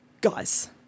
Guys